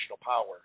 power